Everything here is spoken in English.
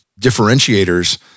differentiators